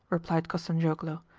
replied kostanzhoglo,